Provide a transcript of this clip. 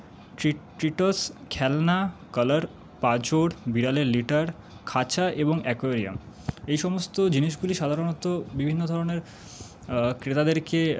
treats খেলনা colour বেড়ালের litter খাঁচা এবং অ্যাকোরিয়াম এই সমস্ত জিনিসগুলি সাধারণত বিভিন্ন ধরণের ক্রেতাদেরকে